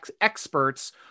experts